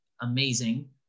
amazing